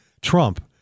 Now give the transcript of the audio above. Trump